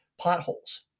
potholes